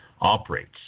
operates